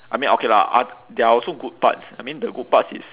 I mean okay lah oth~ there are also good parts I mean the good parts is